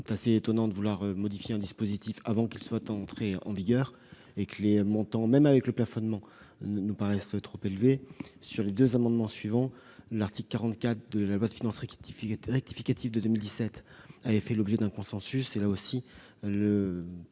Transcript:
est assez étonnant de vouloir modifier un dispositif avant qu'il ne soit entré en vigueur, alors que les montants, même avec le plafonnement, ne nous paraissent pas trop élevés. En ce qui concerne les deux amendements suivants, l'article 44 de la loi de finances rectificative pour 2017 a fait l'objet d'un consensus.